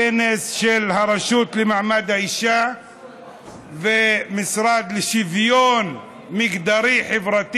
כנס של הרשות למעמד האישה והמשרד לשוויון מגדרי-חברתי,